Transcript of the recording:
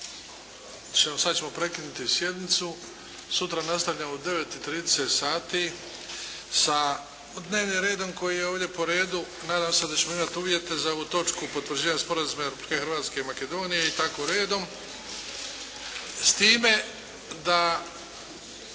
sad ćemo prekinuti sjednicu. Sutra nastavljamo u 9,30 sati sa dnevnim redom koji je ovdje po redu. Nadam se da ćemo imati uvjete za ovu točku Potvrđivanje Sporazuma Republike Hrvatske i Makedonije i tako redom.